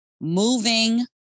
moving